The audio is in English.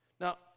Now